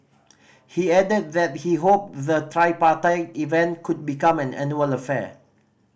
he added that he hoped the tripartite event could become an annual affair